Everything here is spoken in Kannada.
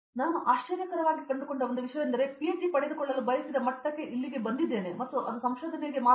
ಹಾಗಾಗಿ ನಾನು ಆಶ್ಚರ್ಯಕರವಾಗಿ ಕಂಡುಕೊಂಡ ಒಂದು ವಿಷಯವೆಂದರೆ ನಾನು ಪಿಎಚ್ಡಿ ಪಡೆದುಕೊಳ್ಳಲು ಬಯಸಿದ ಮಟ್ಟಕ್ಕೆ ಇಲ್ಲಿಗೆ ಬಂದಿದ್ದೇನೆ ಮತ್ತು ಅದು ಸಂಶೋಧನೆಯ ಬಗ್ಗೆ ಮಾತ್ರ